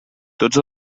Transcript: tots